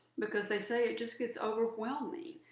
because they say it just gets overwhelming.